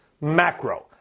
Macro